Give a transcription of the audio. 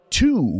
two